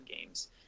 Games